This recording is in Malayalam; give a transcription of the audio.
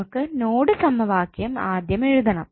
നമുക്ക് നോഡ് സമവാക്യം ആദ്യം എഴുതണം